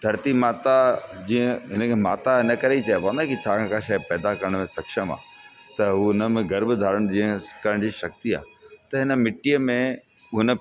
धरती माता जीअं हिन खे माता इन करे ई चइबो आहे न की छाकाणि का शइ पैदा करण में सक्षम आहे त हुन में गर्भ धारणु करण जी जीअं शक्ति आहे त हिन मिटीअ में हुन